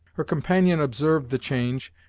her companion observed the change,